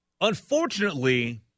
Unfortunately